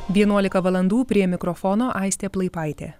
vienuolika valandų prie mikrofono aistė plaipaitė